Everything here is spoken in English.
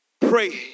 pray